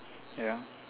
ya